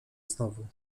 znowu